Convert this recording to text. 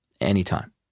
anytime